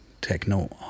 techno